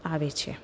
આવે છે